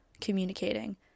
communicating